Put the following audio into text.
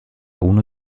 uno